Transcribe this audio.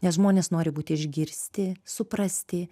nes žmonės nori būt išgirsti suprasti